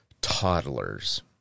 toddlers